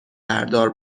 بردار